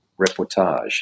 reportage